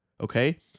okay